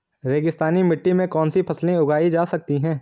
रेगिस्तानी मिट्टी में कौनसी फसलें उगाई जा सकती हैं?